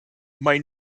may